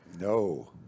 no